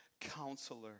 counselor